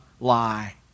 lie